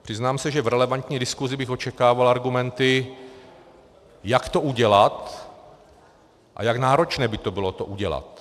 Přiznám se, že v relevantní diskuzi bych očekával argumenty, jak to udělat a jak náročné by bylo to udělat.